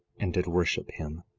and did worship him.